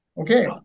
okay